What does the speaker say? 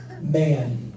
man